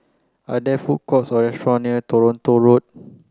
are there food courts or restaurant near Toronto Road